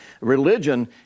Religion